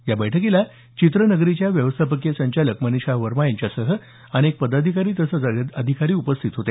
या बैठकीला चित्रनगरीच्या व्यवस्थापकीय संचालक मनीषा वर्मा यांच्यासह अनेक पदाधिकारी तसंच अधिकारी उपस्थित होते